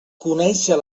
conéixer